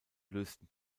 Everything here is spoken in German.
lösten